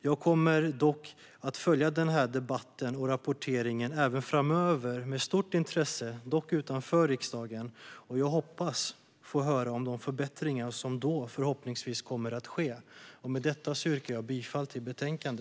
Jag kommer att med stort intresse följa denna debatt och rapportering även framöver, dock utanför riksdagen, och jag hoppas få höra om de förbättringar som då kommer att ske.